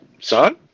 son